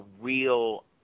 real –